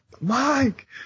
Mike